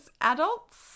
adults